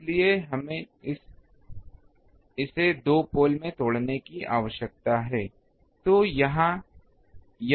इसलिए हमें इसे 2 पोल में तोड़ने की आवश्यकता है